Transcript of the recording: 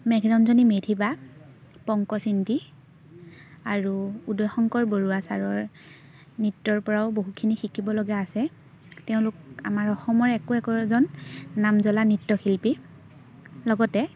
মেঘৰঞ্জনি মেধি বা পংকজ ইংতি আৰু উদয়শংকৰ বৰুৱা ছাৰৰ নৃত্যৰপৰাও বহুখিনি শিকিবলগা আছে তেওঁলোক আমাৰ অসমৰ একো একোজন নাম জ্বলা নৃত্যশিল্পী লগতে